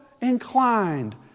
inclined